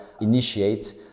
initiate